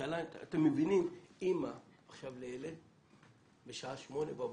אימא לילד בשעה 8:00 בבוקר,